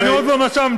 ואני עוד לא נשמתי.